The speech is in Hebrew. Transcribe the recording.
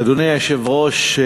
אדוני היושב-ראש,